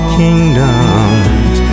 kingdoms